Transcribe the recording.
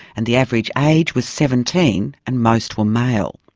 and the average age was seventeen and most were male.